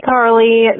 Carly